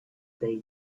they